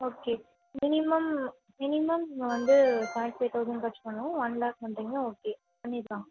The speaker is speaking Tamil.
ஓகே மினிமம் மினிமம் நீங்கள் வந்து செவன்ட்டி ஃபைவ் தௌசண்ட் டச் பண்ணணும் ஒன் லேக் பண்ணுறிங்கன்னா ஓகே பண்ணிடலாம்